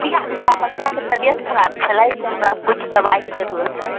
किएक हमरा बच्चाके तबियत खराब छलै से हमरा कुछ दबाइके जरूरत अइ